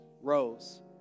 rose